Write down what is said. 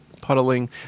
puddling